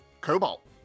Cobalt